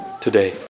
today